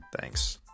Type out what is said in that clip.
Thanks